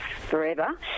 forever